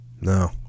No